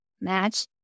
match